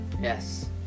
Yes